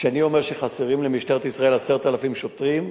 כשאני אומר שחסרים למשטרת ישראל 10,000 שוטרים,